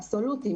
אבסולוטיים,